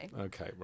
Okay